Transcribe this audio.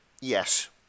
Yes